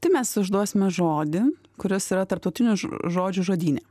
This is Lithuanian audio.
tai mes užduosime žodį kuris yra tarptautinių žodžių žodyne